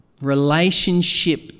relationship